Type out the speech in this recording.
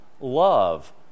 love